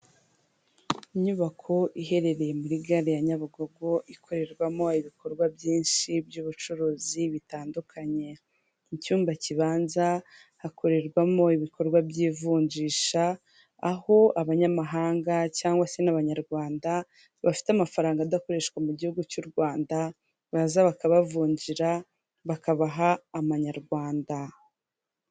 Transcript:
Inyubako iherereye muri gare ya Nyabugogo, ikorerwamo ibikorwa byinshi by'ubucuruzi bitandukanye, icyumba kibanza hakorerwamo ibikorwa by'ivunjisha, aho abanyamahanga cyangwa se n'abanyarwanda bafite amafaranga adakoreshwa mu gihugu cy'u Rwanda, baza bakabavunjira bakabaha amanyarwanda.